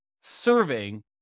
serving